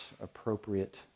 appropriate